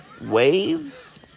waves